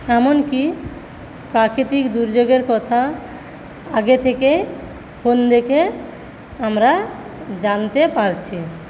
এমনকি প্রাকৃতিক দুর্যোগের কথা আগে থেকে ফোন দেখে আমরা জানতে পারছি